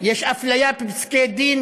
יש הפליה בפסקי-דין